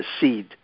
seed